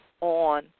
on